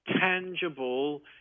tangible